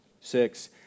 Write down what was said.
Six